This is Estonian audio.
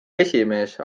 esimees